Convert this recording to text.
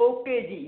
okay ਜੀ